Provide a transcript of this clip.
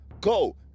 Go